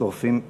שורפים יערות?